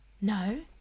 No